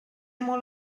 molt